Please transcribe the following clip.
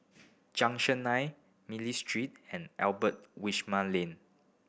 Junction Nine Miller Street and Albert Winsemius Lane